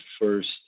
first